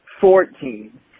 fourteen